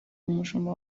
umushumba